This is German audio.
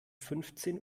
fünfzehn